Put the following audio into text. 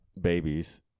babies